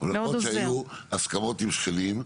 יכול להיות שהיו הסכמות עם שכנים,